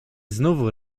znowu